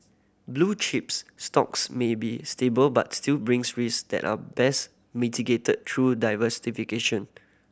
blue chips stocks may be stable but still brings risk that are best mitigated through diversification